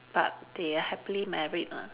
but they are happily married ah